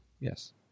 Yes